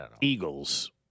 Eagles